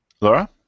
Laura